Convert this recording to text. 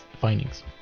findings